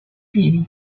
比例